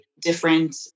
different